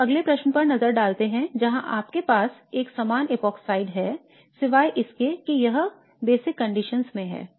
अब अगले प्रश्न पर नजर डालते हैं जहाँ आपके पास एक समान एपॉक्साइड है सिवाय इसके कि यह बुनियादी परिस्थितियों में है